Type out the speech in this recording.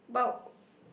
but